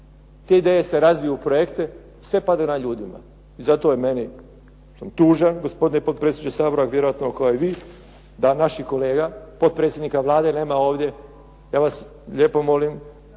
Te ideje se razviju u projekte, sve pada na ljudima i zato je meni, sam tužan gospodine potpredsjedniče Sabora vjerojatno kao i vi da naših kolega potpredsjednika Vlade nema ovdje. Ja vas lijepo molim